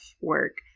work